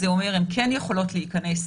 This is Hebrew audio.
זה אומר שהן כן יכולות להיכנס